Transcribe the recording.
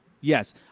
Yes